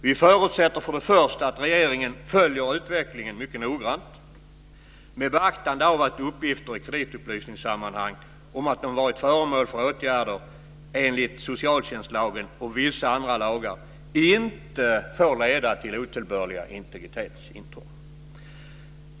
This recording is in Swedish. Vi förutsätter för det första att regeringen följer utvecklingen mycket noggrant med beaktande av att uppgifter i kreditupplysningssammanhang om att någon varit föremål för åtgärder enligt socialtjänstlagen och vissa andra lagar inte får leda till otillbörliga integritetsintrång.